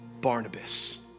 Barnabas